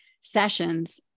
sessions